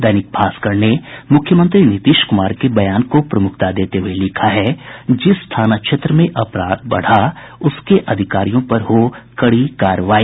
दैनिक भास्कर ने मुख्यमंत्री नीतीश कुमार के बयान को प्रमुखता देते हुए लिखा है जिस थाना क्षेत्र में अपराध बढ़ा उसके अधिकारियों पर हो कड़ी कार्रवाई